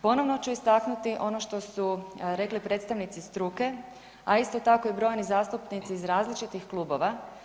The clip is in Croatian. Ponovo ću istaknuti ono što su rekli predstavnici struke, a isto tako, i brojni zastupnici iz različitih klubova.